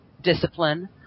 discipline